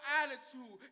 attitude